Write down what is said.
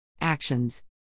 Actions